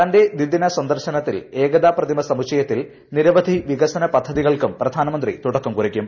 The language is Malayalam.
തന്റെ ദ്വിദിന സന്ദർശനത്തിൽ ഏകതാ പ്രതിമ സമുച്ചയത്തിൽ നിരവധി വികസന പദ്ധതികൾക്കും പ്രധാനമന്ത്രി തുടക്കംകുറിക്കും